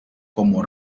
como